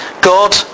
God